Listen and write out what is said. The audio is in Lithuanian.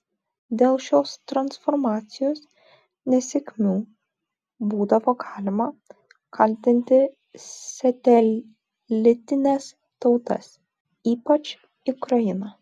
dėl šios transformacijos nesėkmių būdavo galima kaltinti satelitines tautas ypač ukrainą